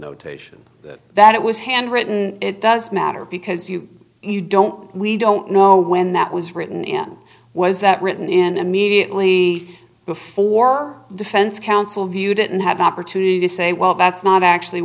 notation that it was handwritten it does matter because you you don't we don't know when that was written and was that written in immediately before defense counsel viewed it and have the opportunity to say well that's not actually